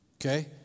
Okay